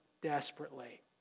desperately